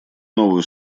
новую